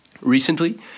Recently